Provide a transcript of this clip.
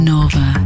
Nova